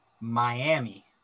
Miami